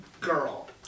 girl